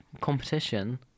competition